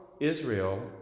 Israel